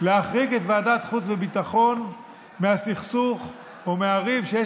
להחריג את ועדת חוץ וביטחון מהסכסוך או מהריב שיש